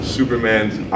Superman's